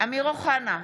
אמיר אוחנה,